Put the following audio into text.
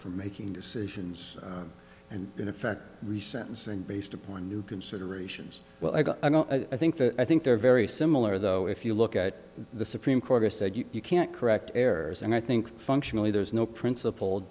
from making decisions and in effect re sentencing based upon new considerations well i got i think that i think they're very similar though if you look at the supreme court has said you can't correct errors and i think functionally there is no principled